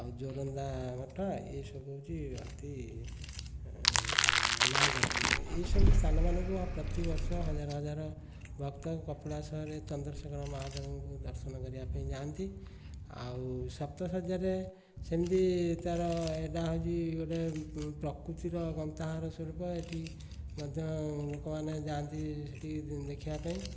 ଆଉ ଯୋରନ୍ଦା ମଠ ଏହିସବୁ ହେଉଛି ଅତି ନାଁ କରିଛି ଏହି ସବୁ ସ୍ଥାନ ମାନଙ୍କୁ ପ୍ରତି ବର୍ଷ ହଜାର ହଜାର ଭକ୍ତ କପିଳାସରେ ଚନ୍ଦ୍ରଶେଖର ମହାଦେବଙ୍କୁ ଦର୍ଶନ କରିବା ପାଇଁ ଯାଆନ୍ତି ଆଉ ସପ୍ତସଜ୍ୟାରେ ସେମିତି ତାର ଏଇଟା ହେଉଛି ଗୋଟିଏ ପ୍ରକୃତିର ଗନ୍ତାଘର ସ୍ୱରୂପ ଏଇଠି ମଧ୍ୟ ଲୋକମାନେ ଯାଆନ୍ତି ସେଇଠି ଦେଖିବା ପାଇଁ